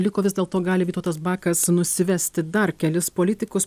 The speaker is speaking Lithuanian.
liko vis dėlto gali vytautas bakas nusivesti dar kelis politikus